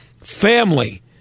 family